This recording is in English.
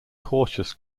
cautious